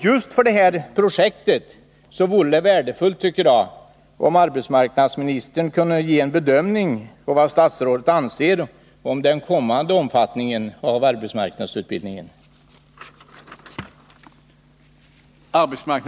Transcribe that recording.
Just för det här projektet vore det värdefullt om arbetsmarknadsministern kunde ge en bedömning av den kommande omfattningen av arbetsmarknadsutbildningen.